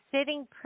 sitting